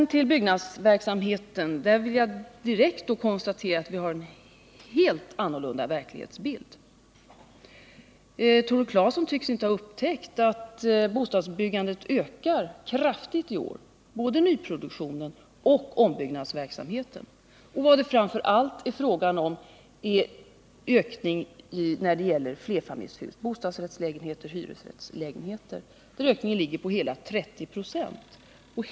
Vad beträffar byggnadsverksamheten vill jag direkt konstatera att vi har en helt annorlunda verklighetsbild. Tore Claeson tycks inte ha upptäckt att bostadsbyggandet ökar kraftigt i år, både nyproduktionen och ombyggnadsverksamheten. Vad det framför allt är fråga om är en ökning av flerfamiljshusen: bostadsrättslägenheter och hyresrättslägenheter, där ökningen ligger på hela 30 96.